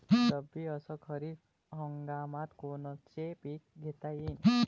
रब्बी अस खरीप हंगामात कोनचे पिकं घेता येईन?